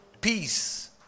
peace